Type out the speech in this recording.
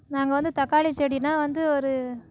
நாங்கள் வந்து தக்காளி செடியெலாம் வந்து ஒரு